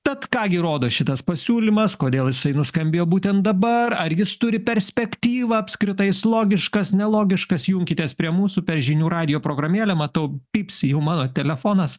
tad ką gi rodos šitas pasiūlymas kodėl jisai nuskambėjo būtent dabar ar jis turi perspektyvą apskritai jis logiškas nelogiškas junkitės prie mūsų per žinių radijo programėlę matau pypsi jau mano telefonas